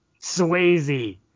swayze